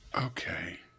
Okay